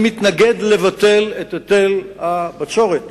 אני מתנגד לביטול היטל הבצורת.